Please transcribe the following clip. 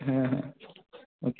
हां हां ओके